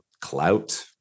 clout